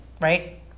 right